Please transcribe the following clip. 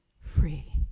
free